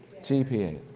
GPA